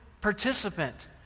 participant